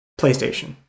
PlayStation